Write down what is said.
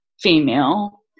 female